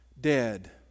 dead